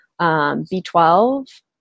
B12